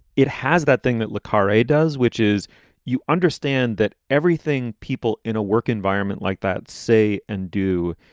it has that thing that lucara does, which is you understand that everything people in a work environment like that say and do.